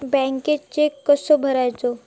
बँकेत चेक कसो भरायचो?